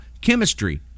chemistry